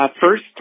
First